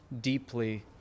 deeply